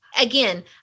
Again